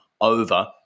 over